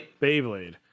Beyblade